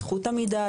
זכות עמידה,